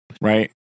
Right